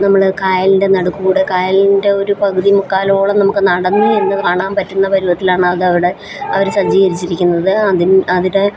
നമ്മൾ കായലിൻ്റെ നടുക്കൂടെ കായലിൻ്റെ ഒരു പകുതി മുക്കാലോളം നമുക്ക് നടന്ന് ചെന്ന് കാണാൻ പറ്റുന്ന പരുവത്തിലാണ് അതവിടെ അവർ സജ്ജീകരിച്ചിരിക്കുന്നത് അതിന് അവിടെ